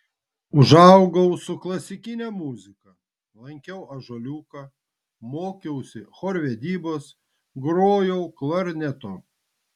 užaugau su klasikine muzika lankiau ąžuoliuką mokiausi chorvedybos grojau klarnetu